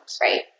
Right